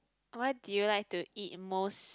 what do you like to eat most